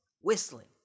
whistling